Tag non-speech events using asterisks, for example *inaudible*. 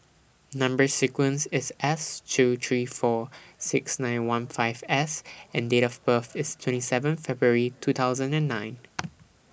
Number sequence IS S two three four six nine one five S and Date of birth IS twenty seven February two thousand and nine *noise*